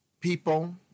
people